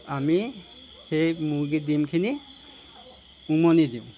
আমি সেই মুৰ্গীৰ ডিমখিনি উমনি দিওঁ